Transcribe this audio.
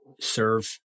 serve